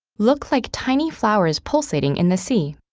look like tiny flowers pulsating in the sea.